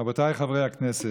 רבותיי חברי הכנסת,